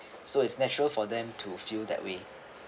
so it's natural for them to feel that way